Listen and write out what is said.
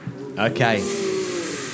Okay